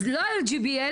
אז לא על ה-GBL,